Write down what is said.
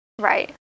Right